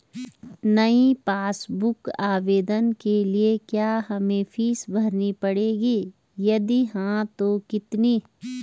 नयी passbook book आवेदन के लिए क्या हमें फीस भरनी पड़ेगी यदि हाँ तो कितनी?